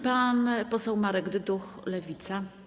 Pan poseł Marek Dyduch, Lewica.